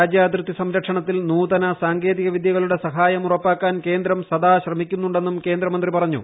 രാജ്യാതിർത്തി സംരക്ഷണത്തിൽ നൂതന സാങ്കേതികവിദ്യകളുടെ ഉറപ്പാക്കാൻ കേന്ദ്രം സദാ ശ്രമിക്കുന്നുണ്ടെന്നും സഹായം കേന്ദ്രമന്ത്രി പറഞ്ഞു